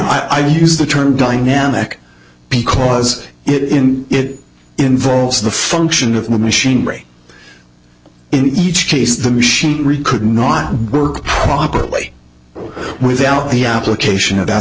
and i use the term dynamic because it in it involves the function of machinery in each case the machinery could not work properly without the application of